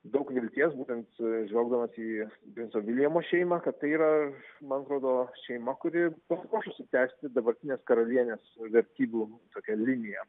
daug vilties būtent žvelgdamas į princo viljamo šeimą kad tai yra man atrodo šeima kuri pasipuošusi tęsti dabartinės karalienės vertybių tokią liniją